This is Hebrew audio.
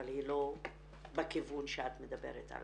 אבל היא לא בכיוון שאת מדברת עליו.